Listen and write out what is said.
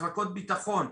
מחלקות ביטחון.